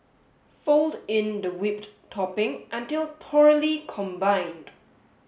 fold in the whipped topping until thoroughly combined